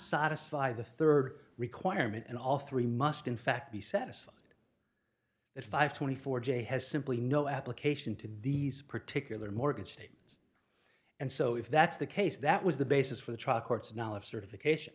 satisfy the third requirement and all three must in fact be satisfied that five twenty four j has simply no application to these particular morgan states and so if that's the case that was the basis for the trial court's knowledge certification